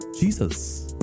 Jesus